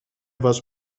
was